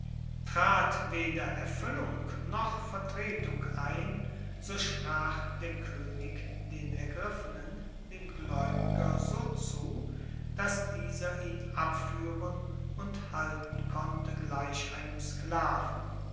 trat weder erfuellung noch vertretung ein so sprach der koenig den ergriffenen dem glaeubiger so zu dass dieser ihn abfuehren und halten konnte gleich einem sklaven